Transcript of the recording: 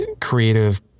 creative